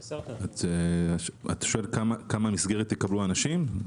אתה שואל כמה מסגרת יקבלו האנשים?